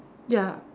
ya